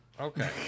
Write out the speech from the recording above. Okay